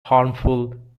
harmful